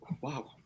Wow